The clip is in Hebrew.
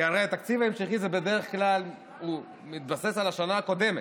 כי הרי התקציב ההמשכי בדרך כלל מתבסס על השנה הקודמת,